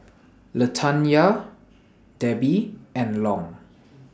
Latanya Debbi and Long